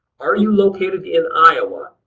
are you located in iowa?